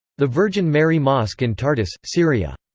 the virgin mary mosque in tartous, syria.